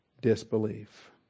Disbelief